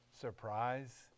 Surprise